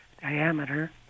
diameter